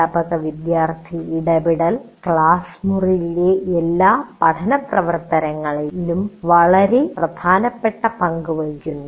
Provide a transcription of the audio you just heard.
അധ്യാപക വിദ്യാർത്ഥി ഇടപെടൽ ക്ലാസ് മുറിയിലെ എല്ലാ പഠന പ്രവർത്തനങ്ങളിലും വളരെ പ്രധാനപ്പെട്ട പങ്ക് വഹിക്കുന്നു